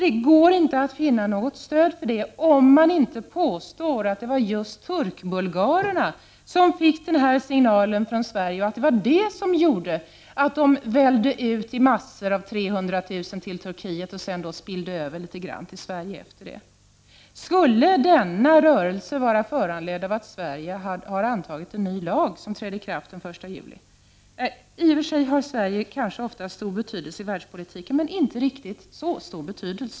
Det går inte att vinna något stöd för det, om man nu inte menar att det just var turkbulgarer som fick signalerna från Sverige och att detta gjorde att 300 000 av dem vällde ut till Turkiet och att det spillde över litet till Sverige. Skulle denna rörelse alltså vara föranledd av att vi i Sverige har antagit en ny lag som trädde i kraft den 1 juli? I och för sig har Sverige ofta ganska stor betydelse i världspolitiken, men inte riktigt så stor.